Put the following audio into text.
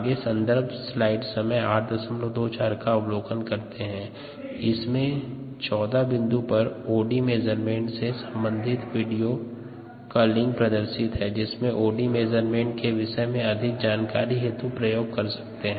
सन्दर्भ स्लाइड समय 1824 में 14 बिंदु पर ओडी मेज़रमेंट से सम्बंधित वीडियो का लिंक प्रदर्शित है जिसमे ओडी मेज़रमेंट के विषय में अधिक जानकारी हेतु प्रयोग कर सकते है